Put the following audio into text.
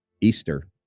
easter